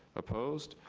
opposed?